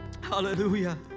Hallelujah